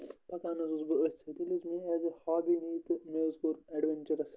پکان حظ اوسُس بہٕ أتھۍ سۭتۍ ییٚلہِ حظ مےٚ ایز اےٚ ہابی نی تہٕ مےٚ حظ کوٚر ایڈوَنچرَس